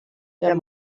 der